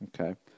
Okay